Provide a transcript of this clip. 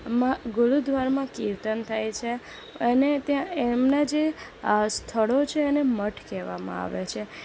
ગુરુદ્વારામાં કીર્તન થાય છે અને ત્યાં એમના જે સ્થળો છે એને મઠ કહેવામાં આવે છે